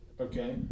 Okay